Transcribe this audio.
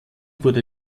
wurde